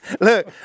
Look